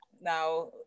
now